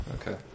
Okay